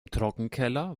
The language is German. trockenkeller